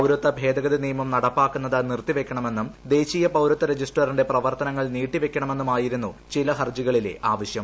പൌരത്വ ഭേദഗതി നിയമം നടപ്പാക്കുന്നത് നിർത്തിപ്പയ്ക്കണമെന്നും ദേശീയ പൌരത്വ രജിസ്റ്ററിന്റെ പ്രവർത്തന്ങൾ നീട്ടി വയ്ക്കണമെന്നുമായിരുന്നു ചില ഹർജികളിലെ ആവശ്യം